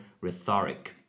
rhetoric